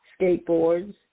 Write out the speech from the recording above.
skateboards